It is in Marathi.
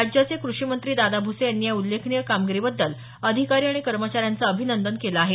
राज्याचे कृषी मंत्री दादा भुसे यांनी या उल्लेखनीय कामगिरी बद्दल अधिकारी आणि कर्मचाऱ्यांचं अभिनंदन केलं आहे